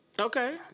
Okay